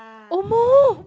almost